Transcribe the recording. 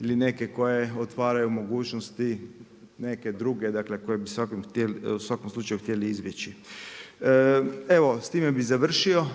ili neke koje otvaraju mogućnosti neke druge dakle koje bi u svakom slučaju htjeli izbjeći. Evo, s time bih završio,